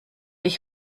ich